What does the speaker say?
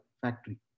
factory